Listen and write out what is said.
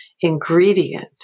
ingredient